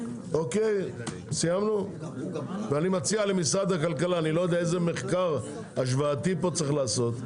אני מציע למשרד הכלכלה לא יודע איזה מחקר השוואתי פה צריך לעשות.